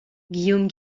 guillaume